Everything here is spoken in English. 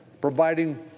providing